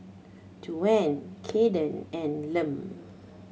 Duane Kayden and Lem